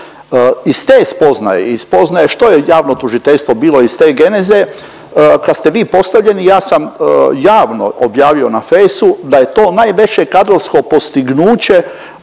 i spoznaje što je javno tužiteljstvo bilo iz te geneze kad ste vi postavljeni ja sam javno objavio na fejsu da je to najveće kadrovsko postignuće